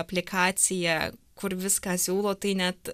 aplikaciją kur viską siūlo tai net